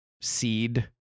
seed